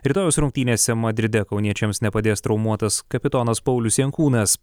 rytojaus rungtynėse madride kauniečiams nepadės traumuotas kapitonas paulius jankūnas